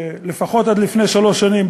לפחות עד לפני שלוש שנים,